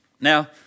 Now